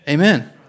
Amen